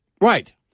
Right